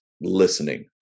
listening